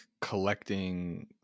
collecting